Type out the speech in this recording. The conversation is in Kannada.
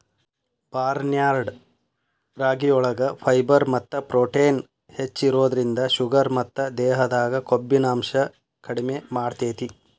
ಬಾರ್ನ್ಯಾರ್ಡ್ ರಾಗಿಯೊಳಗ ಫೈಬರ್ ಮತ್ತ ಪ್ರೊಟೇನ್ ಹೆಚ್ಚಿರೋದ್ರಿಂದ ಶುಗರ್ ಮತ್ತ ದೇಹದಾಗ ಕೊಬ್ಬಿನಾಂಶ ಕಡಿಮೆ ಮಾಡ್ತೆತಿ